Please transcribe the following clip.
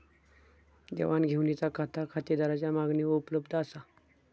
देवाण घेवाणीचा खाता खातेदाराच्या मागणीवर उपलब्ध असा